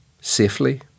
safely